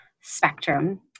spectrum